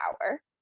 power